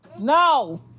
No